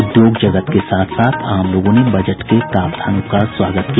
उद्योग जगत के साथ साथ आम लोगों ने बजट के प्रावधानों का स्वागत किया